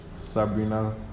Sabrina